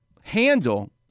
handle